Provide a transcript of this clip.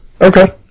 Okay